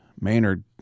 Maynard